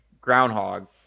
groundhog